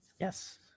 yes